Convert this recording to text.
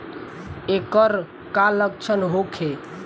ऐकर का लक्षण होखे?